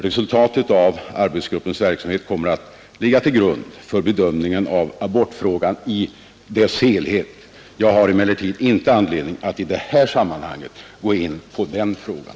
Resultatet av arbetsgruppens verksamhet kommer att ligga till grund för bedömningen av abortfrågan i dess helhet. Jag har emellertid inte anledning att i detta sammanhang gå in på den frågan.